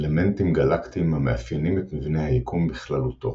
פילמנטים גלקטיים המאפיינים את מבנה היקום בכללותו.